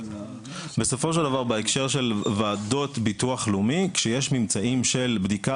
בסופו של דבר בהקשר של ועדות ביטוח לאומי כשיש ממצאים של בדיקה